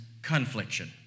confliction